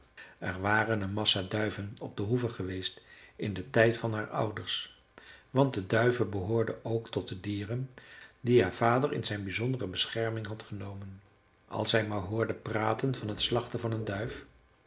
er waren een massa duiven op de hoeve geweest in den tijd van haar ouders want de duiven behoorden ook tot de dieren die haar vader in zijn bizondere bescherming had genomen als hij maar hoorde praten van t slachten van een duif